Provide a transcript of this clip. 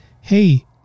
hey